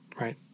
right